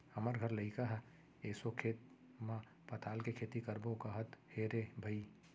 हमर घर लइका ह एसो खेत म पताल के खेती करबो कहत हे रे भई